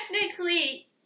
Technically